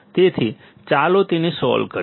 તેથી ચાલો તેને સોલ્વ કરીએ